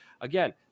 again